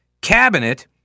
cabinet